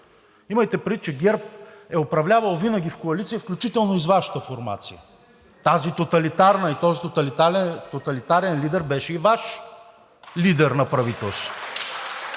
Имайте предвид, че ГЕРБ е управлявала винаги в коалиция, включително и с Вашата формация, тази тоталитарна и този тоталитарен лидер беше и Ваш лидер на правителството.